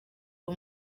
uwo